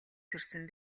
төрсөн